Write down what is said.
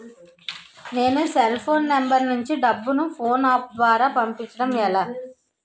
నేను cell phone number నుంచి డబ్బును ను ఫోన్పే అప్ ద్వారా పంపించడం ఎలా?